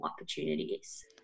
opportunities